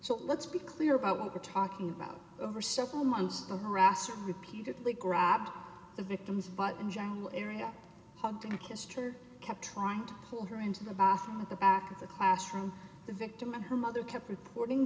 so let's be clear about what we're talking about over several months the harassment repeatedly grabbed the victims but in general area hugged and kissed her kept trying to pull her into the bathroom at the back of the classroom the victim her mother kept reporting